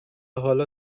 حالا